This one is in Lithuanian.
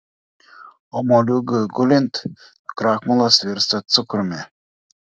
o moliūgui gulint krakmolas virsta cukrumi